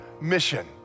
mission